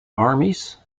armies